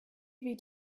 dvd